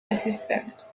assistant